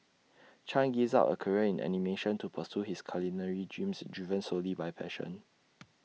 chan gave up A career in animation to pursue his culinary dreams driven solely by passion